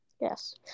Yes